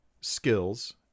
skills